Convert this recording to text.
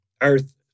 earth